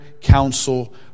counsel